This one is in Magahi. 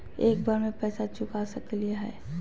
एक बार में पैसा चुका सकालिए है?